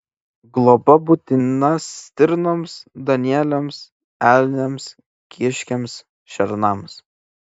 globa būtina stirnoms danieliams elniams kiškiams šernams